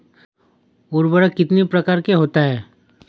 उर्वरक कितनी प्रकार के होता हैं?